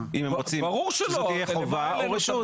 אם הם רוצים שזאת תהיה חובה או רשות.